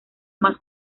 más